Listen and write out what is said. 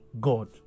God